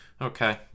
Okay